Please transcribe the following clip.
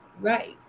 right